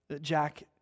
Jack